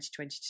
2022